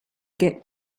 get